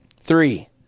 Three